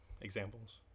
examples